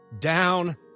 down